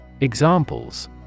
Examples